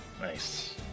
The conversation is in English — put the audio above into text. Nice